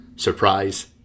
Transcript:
Surprise